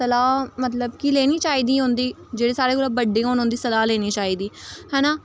सलाह् मतलब कि लैनी चाहिदी उं'दी जेह्ड़े साढ़ें कोला बड्डे होन उं'दी सलाह् लैनी चाहिदी है ना